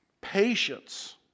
patience